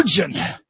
virgin